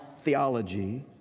theology